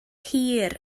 hir